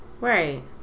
Right